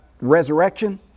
resurrection